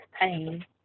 pain